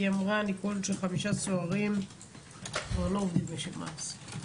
ניקול אמרה שחמישה סוהרים כבר לא עובדים בשב"ס.